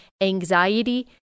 anxiety